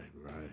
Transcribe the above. right